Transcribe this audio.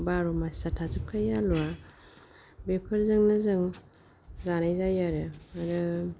बार' मासा थाजोबखायो आलुआ बेफोरजोंनो जों जानाय जायो आरो आरो